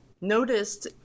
noticed